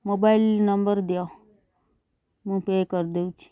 mobile number ଦିଅ ମୁଁ pay କରିଦେଉଛି